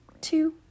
two